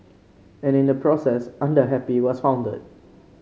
and in the process Under Happy was founded